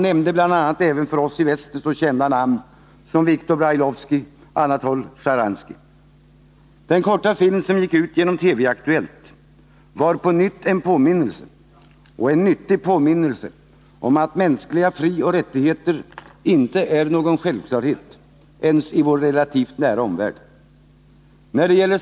Han nämnde bl.a. även för oss i väster så kända namn som Viktor Brailovsky och Anatolij Sharansky. Den korta film som gick ut genom TV-Aktuellt var på nytt en påminnelse — och en nyttig påminnelse — om att mänskliga frioch rättigheter inte är någon självklarhet ens i vår relativt nära omvärld.